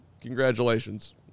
Congratulations